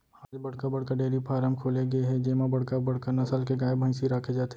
आज बड़का बड़का डेयरी फारम खोले गे हे जेमा बड़का बड़का नसल के गाय, भइसी राखे जाथे